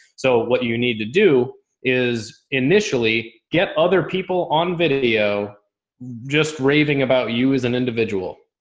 so what you need to do is initially get other people on video just raving about you as an individual.